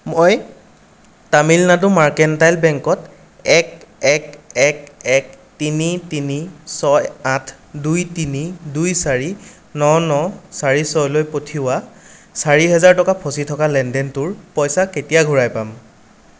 মই তামিলনাডু মার্কেণ্টাইল বেংকত এক এক এক এক তিনি তিনি ছয় আঠ দুই তিনি দুই চাৰি ন ন চাৰি ছয়লৈ পঠিওৱা চাৰি হাজাৰ টকাৰ ফচি থকা লেনদেনটোৰ পইচা কেতিয়া ঘূৰাই পাম